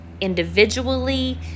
individually